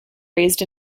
raised